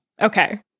Okay